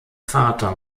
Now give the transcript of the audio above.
vater